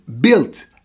built